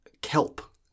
kelp